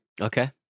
Okay